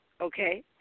okay